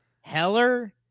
Heller